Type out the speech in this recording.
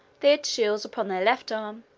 they had shields upon the left arm,